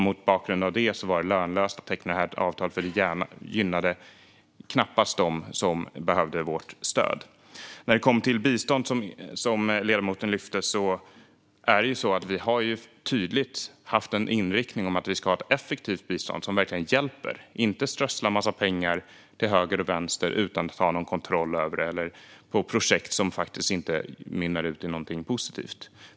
Mot bakgrund av det var det lönlöst att teckna ett avtal, för det gynnade knappast dem som behövde vårt stöd. När det kommer till bistånd, vilket ledamoten lyfte, har vi ju haft en tydlig inriktning om att vi ska ha ett effektivt bistånd som verkligen hjälper. Vi ska inte strössla en massa pengar till höger och vänster utan att ha någon kontroll över dem eller lägga dem på projekt som faktiskt inte mynnar ut i någonting positivt.